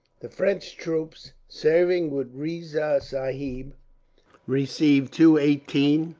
the french troops serving with riza sahib received two eighteen-pounders,